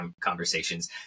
conversations